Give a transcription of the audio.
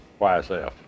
YSF